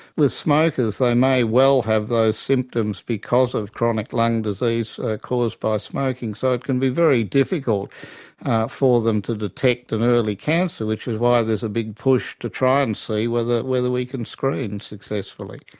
with smokers, they may well have those symptoms because of chronic lung disease caused by smoking, so it can be very difficult for them to detect an early cancer, which is why there's a big push to try and see whether whether we can screen successfully.